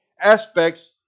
aspects